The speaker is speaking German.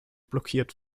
blockiert